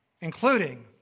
including